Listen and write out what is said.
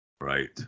Right